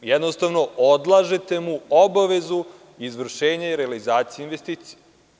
Jednostavno, odlažete mu obavezu izvršenja i realizacije investicije.